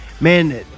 Man